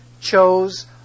chose